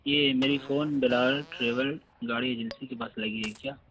یہ میری phone Bilal travel گاڑی ایجنسی کے پاس لگی ہے کیا